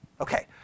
Okay